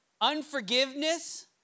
Unforgiveness